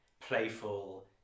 playful